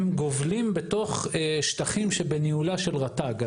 הם גובלים בתוך שטחים שבניהולה של רט"ג.